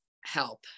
help